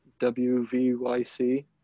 WVYC